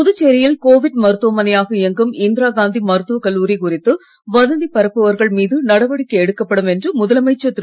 புதுச்சேரியில் கோவிட் மருத்துவமனையாக இயங்கும் இந்திராகாந்தி மருத்துவ கல்லூரி குறித்து வதந்தி பரப்புபவர்கள் மீது நடவடிக்கை எடுக்கப்படும் என்று முதலமைச்சர் திரு